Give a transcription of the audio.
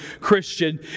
Christian